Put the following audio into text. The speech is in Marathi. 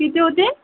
किती होतील